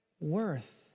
worth